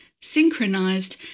synchronized